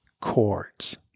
chords